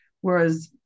Whereas